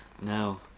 No